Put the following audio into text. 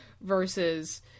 versus